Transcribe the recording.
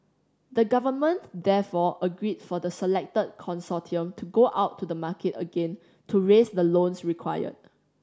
the government therefore agreed for the selected consortium to go out to the market again to raise the loans required